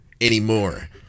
anymore